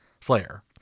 slayer